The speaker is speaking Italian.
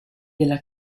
della